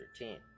13